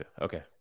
Okay